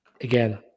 Again